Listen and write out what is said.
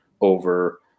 over